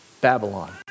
Babylon